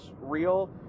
real